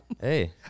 Hey